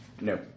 No